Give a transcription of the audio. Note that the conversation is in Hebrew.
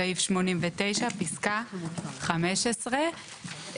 סעיף 89 פסקה 15,